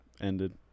ended